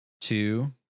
two